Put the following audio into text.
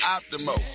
Optimo